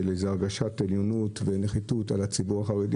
של מין הרגשת עליונות כלפי הציבור החרדי.